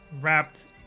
wrapped